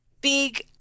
big